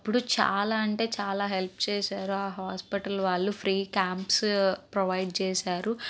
ఇప్పుడు చాలా అంటే చాలా హెల్ప్ చేసారు ఆ హాస్పటల్ వాళ్ళు ఫ్రీ క్యాంప్స్ ప్రొవైడ్ చేసారు